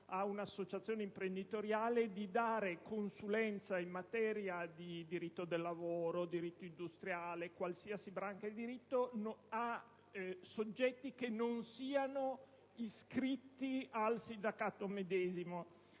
ad un'associazione imprenditoriale di dare consulenza in materia di diritto del lavoro, di diritto industriale o di qualsiasi altra branca del diritto, a soggetti che non siano iscritti all'associazione medesima.